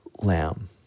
lamb